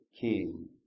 king